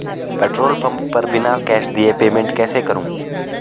Petrol pump पर बिना cash दिए पेमेंट कैसे करूँ?